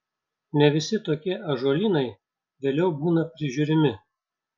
ne visi tokie ąžuolynai vėliau būna prižiūrimi